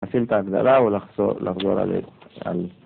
להחזיר את ההגדרה ולחזור עליהם.